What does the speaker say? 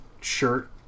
shirt